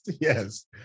Yes